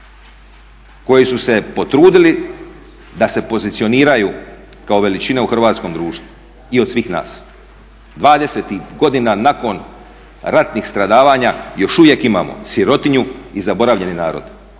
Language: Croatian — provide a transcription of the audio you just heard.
koji su se potrudili da se pozicioniraju kao veličine u hrvatskom društvu i od svih nas. Dvadesetih godina nakon ratnih stradavanja još uvijek imamo sirotinju i zaboravljeni narod.